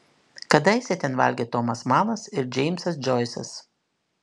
kadaise ten valgė tomas manas ir džeimsas džoisas